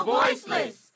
voiceless